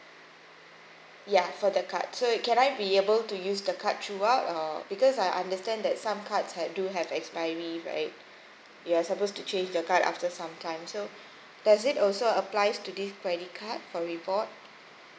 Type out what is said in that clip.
ya for the card so can I be able to use the card throughout uh because I understand that some cards had do have expiry right you're supposed to change the card after some time so does it also applies to this credit card for reward